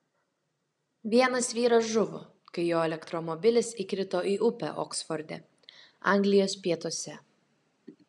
vienas vyras žuvo kai jo elektromobilis įkrito į upę oksforde anglijos pietuose